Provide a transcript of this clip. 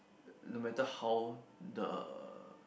no matter how the